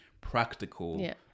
practical